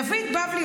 דוד בבלי,